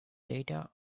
data